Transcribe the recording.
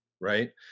right